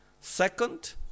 Second